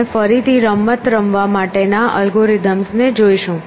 આપણે ફરીથી રમત રમવા માટેના અલ્ગોરિધમ્સને જોઈશું